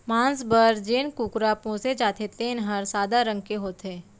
मांस बर जेन कुकरा पोसे जाथे तेन हर सादा रंग के होथे